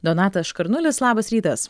donatas škarnulis labas rytas